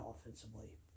offensively